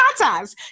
tatas